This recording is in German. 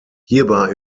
hierbei